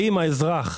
האם האזרח,